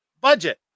budget